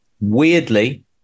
weirdly